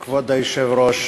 היושב-ראש,